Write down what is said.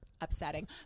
upsetting